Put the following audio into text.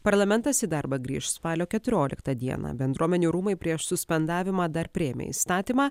parlamentas į darbą grįš spalio keturioliktą dieną bendruomenių rūmai prieš suspendavimą dar priėmė įstatymą